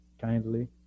kindly